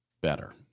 better